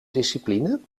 discipline